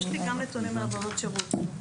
יש לי גם נתונים מעבודות שירות.